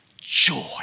joy